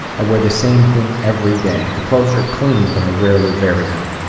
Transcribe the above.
i wear the same thing every day. the clothes are clean, but i rarely vary them.